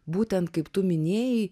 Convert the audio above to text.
būtent kaip tu minėjai